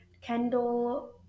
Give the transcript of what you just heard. Kendall